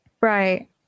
Right